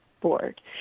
board